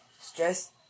Stress